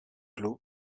clos